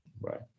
right